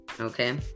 okay